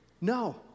No